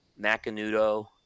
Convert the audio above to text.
Macanudo